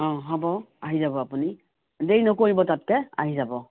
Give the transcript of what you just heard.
অ' হ'ব আহি যাব আপুনি দেৰি নকৰিব তাতকৈ আহি যাব